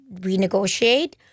renegotiate